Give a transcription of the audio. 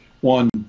one